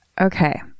Okay